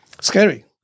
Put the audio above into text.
Scary